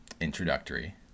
introductory